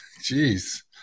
Jeez